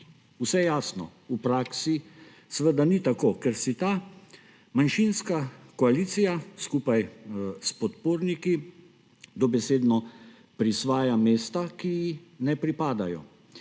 Vse jasno. V praksi seveda ni tako, ker si ta manjšinska koalicija, skupaj s podporniki, dobesedno prisvaja mesta, ki ji ne pripadajo.